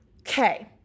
Okay